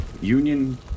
Union